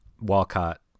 Walcott